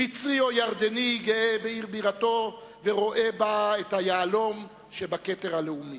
מצרי או ירדני גאה בעיר בירתו ורואה בה את היהלום אשר בכתר הלאומי.